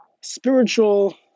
spiritual